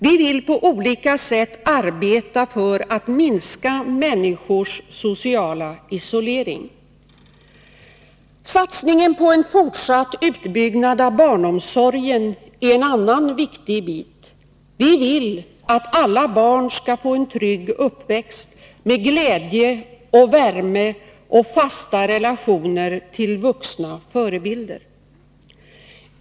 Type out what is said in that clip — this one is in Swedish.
Vi vill på olika sätt arbeta för att minska människors sociala isolering. Satsningen på en fortsatt utbyggnad av barnomsorgen är en annan viktig bit. Vi vill att alla barn skall få en trygg uppväxt, med glädje, värme och fasta relationer till vuxna förebilder.